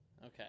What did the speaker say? Okay